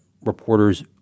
reporters